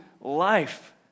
life